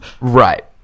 Right